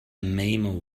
memo